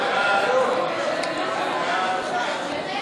ההצעה להסיר